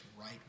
right